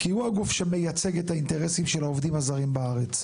כי הוא הגוף שמייצג את האינטרסים של העובדים הזרים בארץ.